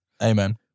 Amen